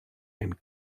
and